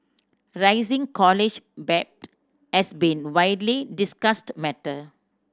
rising college debt has been widely discussed matter